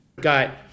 got